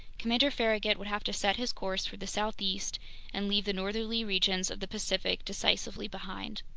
commander farragut would have to set his course for the southeast and leave the northerly regions of the pacific decisively behind.